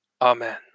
Amen